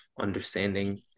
understanding